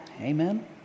amen